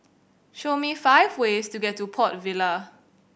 show me five ways to get to Port Vila